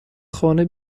خانه